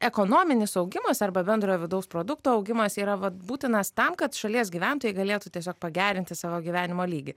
ekonominis augimas arba bendrojo vidaus produkto augimas yra vat būtinas tam kad šalies gyventojai galėtų tiesiog pagerinti savo gyvenimo lygį